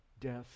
death